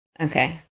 Okay